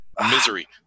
Misery